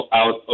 out